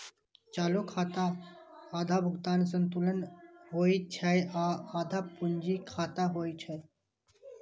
चालू खाता आधा भुगतान संतुलन होइ छै आ आधा पूंजी खाता होइ छै